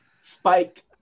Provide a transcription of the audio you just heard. Spike